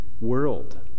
world